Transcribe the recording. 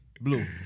Blue